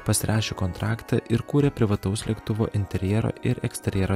pasirašė kontraktą ir kūrė privataus lėktuvo interjero ir eksterjero